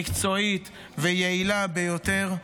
מקצועית ויעילה ביותר,